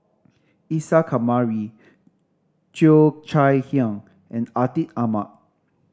Isa Kamari Cheo Chai Hiang and Atin Amat